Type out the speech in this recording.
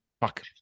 Fuck